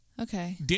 Okay